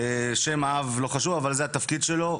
שם האב לא חשוב, אבל זה התפקיד שלו.